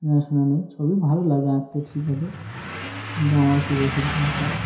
জানাশোনা নেই ছবি ভালো লাগে আঁকতে ঠিক আছে কিন্তু আমার প্রিয় শিল্পী আমার বাবা